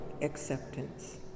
acceptance